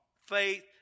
Faith